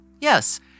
Yes